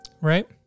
Right